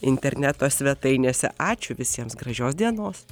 interneto svetainėse ačiū visiems gražios dienos